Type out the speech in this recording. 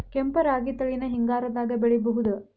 ಕೆಂಪ ರಾಗಿ ತಳಿನ ಹಿಂಗಾರದಾಗ ಬೆಳಿಬಹುದ?